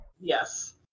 yes